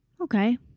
Okay